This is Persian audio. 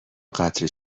قطره